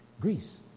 Greece